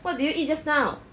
what did you eat just now